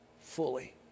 fully